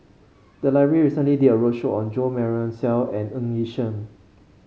the library recently did a roadshow on Jo Marion Seow and Ng Yi Sheng